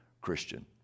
Christian